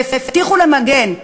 והבטיחו למגן.